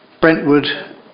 Brentwood